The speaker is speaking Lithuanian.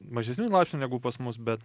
mažesniu laipsniu negu pas mus bet